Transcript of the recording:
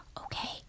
Okay